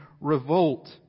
revolt